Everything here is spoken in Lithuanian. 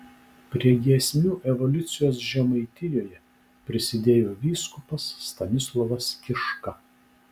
prie giesmių evoliucijos žemaitijoje prisidėjo vyskupas stanislovas kiška